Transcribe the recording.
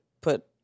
put